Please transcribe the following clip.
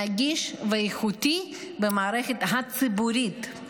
נגיש ואיכותי במערכת הציבורית.